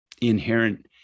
inherent